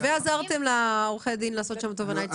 ועזרתם לעורכי הדין לעשות שם תובענה ייצוגית.